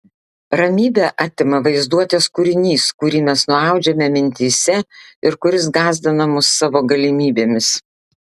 ramybę atima vaizduotės kūrinys kurį mes nuaudžiame mintyse ir kuris gąsdina mus savo galimybėmis